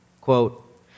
quote